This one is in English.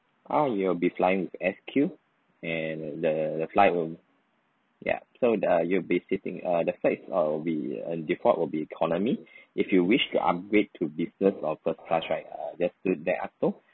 ah you will be flying with S_Q and the the flight room ya so uh you'll be sitting uh the flight uh we uh default will be economy if you wish to upgrade to business or first class right uh just uh let us know